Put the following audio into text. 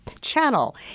Channel